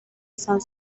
salle